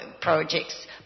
projects